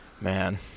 man